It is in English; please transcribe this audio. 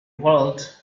world